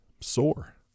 sore